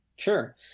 Sure